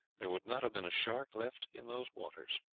there would not have been a shark left in those waters.